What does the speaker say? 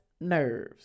nerves